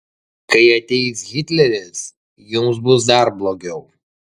kai ateis hitleris jums bus dar blogiau